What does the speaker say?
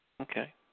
Okay